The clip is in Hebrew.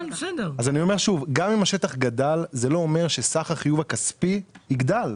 גם אם השטח גדל זה לא אומר שסך החיוב הכספי יגדל.